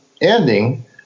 ending